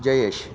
Jayesh